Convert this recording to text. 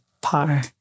par